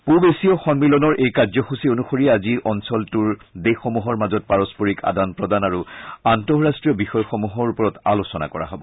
পূৱ এছীয় সন্মিলনৰ এই কাৰ্যসূচী অনুসৰি আজি অঞ্চলটোৰ দেশসমূহৰ মাজত পাৰস্পৰিক আদান প্ৰদান আৰু আন্তঃৰট্টীয় বিষয়সমূহৰ ওপৰত আলোচনা কৰা হ'ব